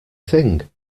thing